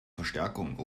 verstärkung